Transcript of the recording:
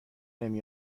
نمی